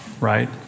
right